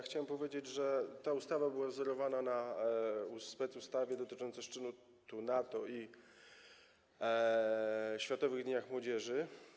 Chciałem powiedzieć, że ta ustawa była wzorowana na specustawach dotyczących szczytu NATO i Światowych Dni Młodzieży.